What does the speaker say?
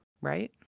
right